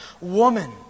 woman